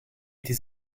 des